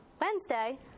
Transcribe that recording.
Wednesday